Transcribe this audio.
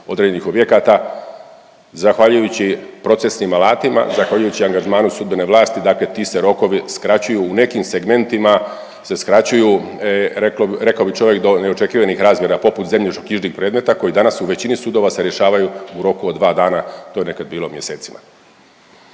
određenih objekata. Zahvaljujući procesnim alatima, zahvaljujući angažmanu sudbene vlasti dakle ti se rokovi skraćuju u nekim segmentima se skraćuju rekao bi čovjek do neočekivanih razmjera poput zemljišno-knjižnih predmeta koji danas u većini sudova se rješavaju u roku od 2 dana, to je nekad bilo mjesecima.